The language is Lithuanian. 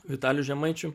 vitaliu žemaičiu